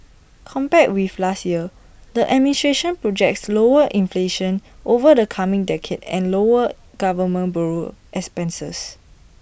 compared with last year the administration projects lower inflation over the coming decade and lower government borrowing expenses